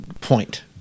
point